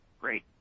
Great